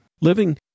living